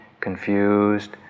confused